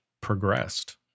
progressed